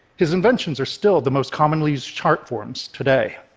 his inventions are still the most commonly used chart forms today.